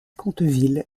conteville